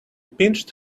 pinched